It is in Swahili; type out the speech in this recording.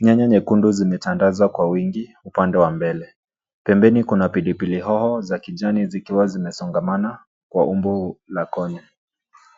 Nyanya nyekundu zimetandazwa kwa wingi upande wa mbele, pembeni kuna pilipili hoho za kijani zikiwa zimesongamana kwa umbuu la kone,